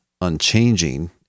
unchanging